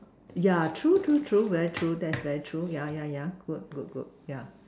yeah true true true very true that is very true yeah yeah good good good yeah